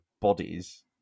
bodies